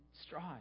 strive